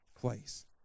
place